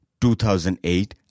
2008